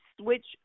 switch